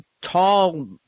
tall